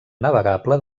navegable